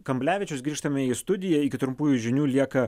kamblevičius grįžtame į studiją iki trumpųjų žinių lieka